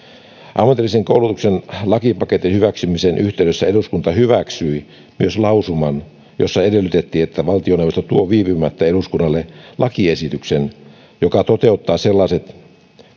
ammatillisen koulutuksen lakipaketin hyväksymisen yhteydessä eduskunta hyväksyi myös lausuman jossa edellytettiin että valtioneuvosto tuo viipymättä eduskunnalle lakiesityksen joka toteuttaa sellaiset